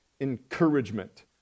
encouragement